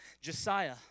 Josiah